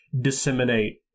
disseminate